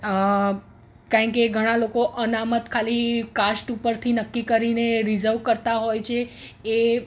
અ કારણ કે ઘણા લોકો અનામત ખાલી કાસ્ટ ઉપરથી નક્કી કરીને રિઝર્વ કરતા હોય છે એ